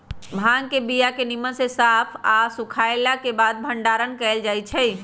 भांग के बीया के निम्मन से साफ आऽ सुखएला के बाद भंडारण कएल जाइ छइ